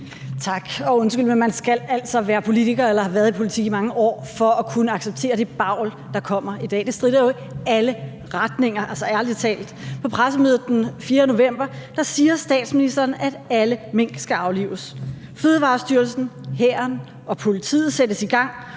Tak. Undskyld, men man skal altså være politiker eller have været i politik i mange år for at kunne acceptere det bavl, der kommer i dag. Det stritter jo i alle retninger – altså, ærlig talt. På pressemødet den 4. november siger statsministeren, at alle mink skal aflives. Fødevarestyrelsen, hæren og politiet sættes i gang